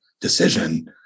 decision